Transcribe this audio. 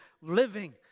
living